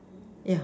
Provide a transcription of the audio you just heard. yeah